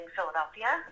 Philadelphia